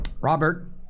Robert